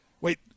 Wait